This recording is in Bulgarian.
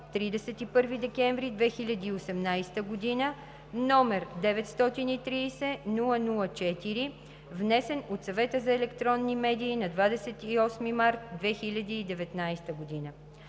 31 декември 2018 г., № 930-00-4, внесен от Съвета за електронни медии на 28 март 2019 г.“